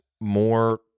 more